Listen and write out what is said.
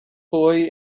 boy